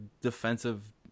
defensive